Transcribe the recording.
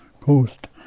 coast